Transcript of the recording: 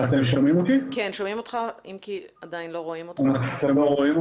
אני רוצה להתייחס לכמה נקודות שעלו פה במהלך הדיון,